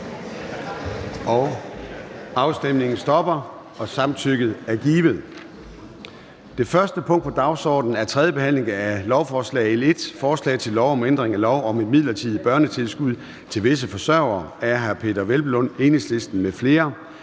eller imod stemte 0. Samtykket er givet. --- Det første punkt på dagsordenen er: 1) 3. behandling af lovforslag nr. L 1: Forslag til lov om ændring af lov om et midlertidigt børnetilskud til visse forsørgere. (Forlængelse af det